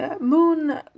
moon